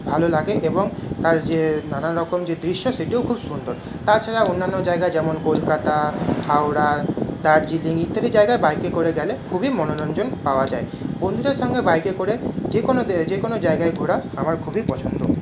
ভালো লাগে এবং তার যে নানান রকম যে দৃশ্য সেটিও খুব সুন্দর তাছাড়া অন্যান্য জায়গা যেমন কলকাতা হাওড়া দার্জিলিং ইত্যাদি জায়গায় বাইকে করে গেলে খুবই মনোরঞ্জন পাওয়া যায় বন্ধুদের সঙ্গে বাইকে করে যে কোনো যে কোনো জায়গায় ঘোরা আমার খুবই পছন্দ